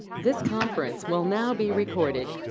this conference will now be recorded